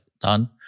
done